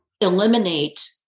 eliminate